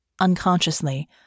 Unconsciously